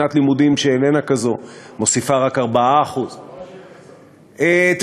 שנת לימודים שאיננה כזאת מוסיפה רק 4%. את